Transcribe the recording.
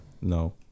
no